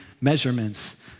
measurements